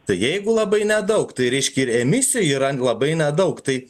tai jeigu labai nedaug tai reiškia ir emisija yra labai nedaug tai